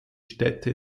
städte